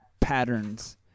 patterns